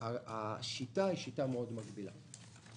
השיטה מגבילה מאוד.